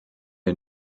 wir